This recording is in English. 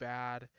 bad